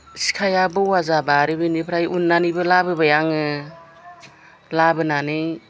सिखाया बौवा जाब्ला आरो बिनिफ्राय उननानैबो लाबोबाय आङो लाबोनानै